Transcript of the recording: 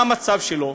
מה המצב שלו?